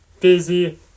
busy